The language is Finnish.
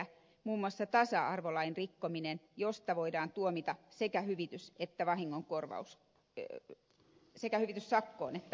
muun muassa tasa arvolain rikkominen josta voidaan tuomita sekä hyvitys että vahingonkorvaus kerätyt sekä hyvityssakkoon että vahingonkorvaukseen